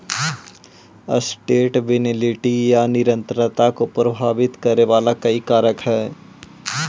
sustainability या निरंतरता को प्रभावित करे वाला कई कारक हई